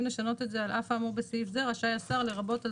לשנות את זה "על אף האמור בסעיף זה רשאי השר לרבות על